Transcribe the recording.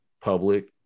public